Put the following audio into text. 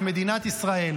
את מדינת ישראל,